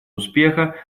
успеха